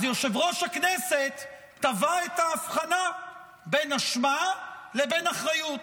אז יושב-ראש הכנסת טבע את ההבחנה בין אשמה לבין אחריות.